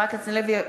(קוראת בשמות חברי הכנסת) אורלי לוי אבקסיס,